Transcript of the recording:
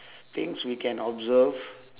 things we can observe